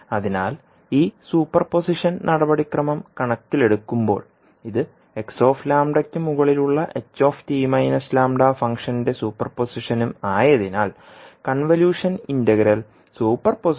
അതിനാൽ ഈ superposition നടപടിക്രമം കണക്കിലെടുക്കുമ്പോൾ ഇത് xλയ്ക്ക് മുകളിലുള്ള ht λ ഫംഗ്ഷന്റെ സൂപ്പർപൊസിഷനും ആയതിനാൽ കൺവല്യൂഷൻ ഇന്റഗ്രൽ സൂപ്പർപൊസിഷൻ ഇന്റഗ്രൽ എന്നും അറിയപ്പെടുന്നു